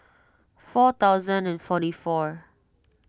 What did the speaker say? four thousand and forty four